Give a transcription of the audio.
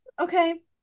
okay